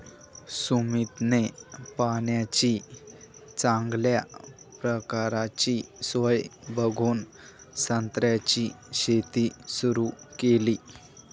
सुमितने पाण्याची चांगल्या प्रकारची सोय बघून संत्र्याची शेती सुरु केली